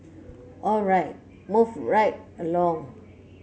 all right move right along